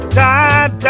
time